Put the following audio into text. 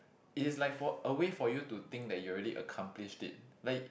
it is like for a way for you to think that you are already accomplished it like